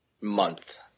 month